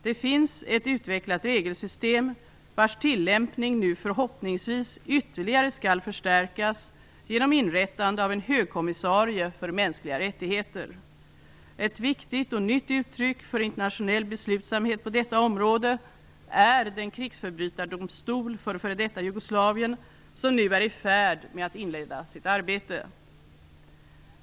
Det finns ett utvecklat regelsystem vars tillämpning nu förhoppningsvis ytterligare skall förstärkas genom inrättande av en högkommissarie för mänskliga rättigheter. Ett viktigt och nytt uttryck för internationell beslutsamhet på detta område är den krigsförbrytardomstol för f.d. Jugoslavien som nu är i färd med att inleda sitt arbete.